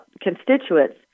constituents